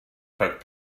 rhag